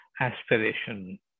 aspiration